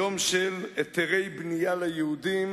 יום של היתרי בנייה ליהודים